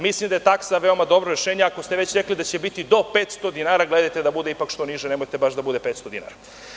Mislim da je taksa veoma dobro rešenje ako ste već rekli da će biti do 500 dinara gledajte da bude što niže, nemojte da bude baš 500 dinara.